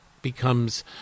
becomes